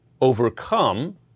overcome